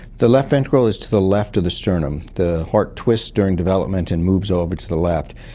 the left ventricle is to the left of the sternum. the heart twists during development and moves over to the left.